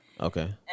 Okay